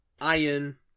iron